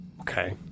Okay